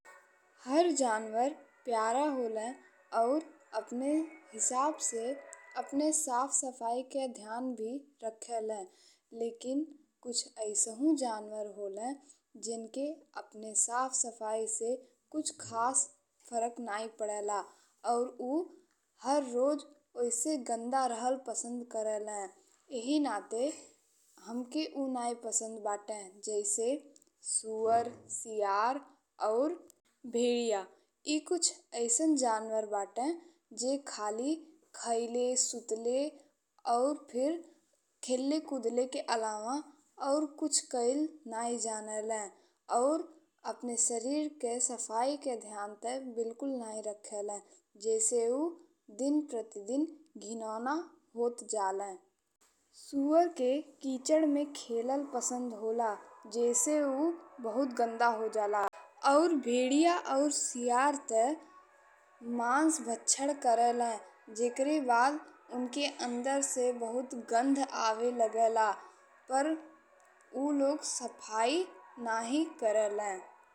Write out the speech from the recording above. हर जानवर प्यारा होला अउर अपने हिसाब से अपने साफ सफाई के ध्यान भी रखेला, लेकिन कुछ अइसहू जनवर होला जेन्के अपने साफ सफाई से कुछ खास फरक नाहीं पाडेला अउर ऊ हर रोज ओइसे गंदा रहल पसन्द करेला एहिये नाते हमके ऊ नहीं पसंद बाटे जइसे सुअर, सियार अउर भेड़िया। ए कुछ अइसन जानवर बाटे जे खाली खइले, सुतले और फिर खेलाले, कुदाले के अलावा और कुछ कइल नाहीं जानेले और अपने शरीर के सफाई के ध्यान बिलकुल नहीं रखेला। जइसे ऊ दिन प्रतिदिन घिनौना होत जाला। सुअर के कीचड़ में खेलल पसन्द होला जइसे ऊ बहुत गंदा हो जाला अउर भेड़िया अउर सियार ते मांस भक्षण करेला। जेकरे बाद ओनके अंदर से बहुत गंध आवे लागेला पर ऊ लोग सफाई नहीं करेला।